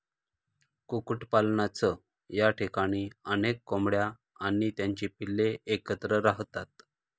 कुक्कुटपालनाच्या ठिकाणी अनेक कोंबड्या आणि त्यांची पिल्ले एकत्र राहतात